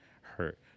hurt